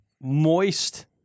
moist